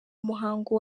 muhango